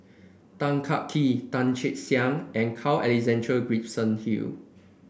Tan Kah Kee Tan Che Sang and Carl Alexander Gibson Hill